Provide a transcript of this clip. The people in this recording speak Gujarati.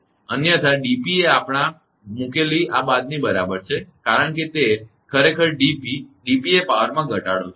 તેથી અન્યથા dp એ આપણે મુકેલી આ બાદની બરાબર છે કારણ કે તે ખરેખર dp dp એ પાવરમાં ઘટાડો છે